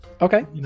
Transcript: okay